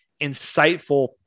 insightful